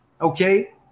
Okay